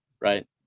right